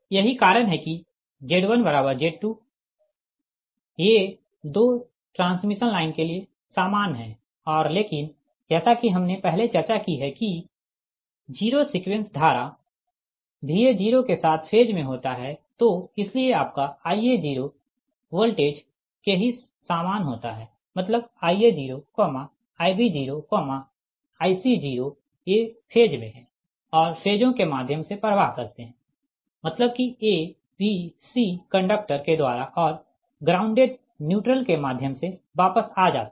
यही कारण है कि Z1Z2 ये 2 ट्रांसमिशन लाइन के लिए सामान है और लेकिन जैसा कि हमने पहले चर्चा की है कि जीरो सीक्वेंस धारा Va0 के साथ फेज में होता है तो इसलिए आपका Ia0 वोल्टेज के ही सामान होता है मतलब Ia0Ib0Ic0 ये फेज में है और फेजों के माध्यम से प्रवाह करते है मतलब की a b c कंडक्टर के द्वारा और ग्राउंडेड न्यूट्रल के माध्यम से वापस आ जाते है